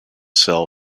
cell